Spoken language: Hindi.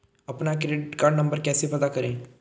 अपना क्रेडिट कार्ड नंबर कैसे पता करें?